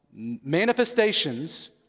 manifestations